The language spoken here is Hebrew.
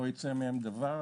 לא יצא מהן דבר.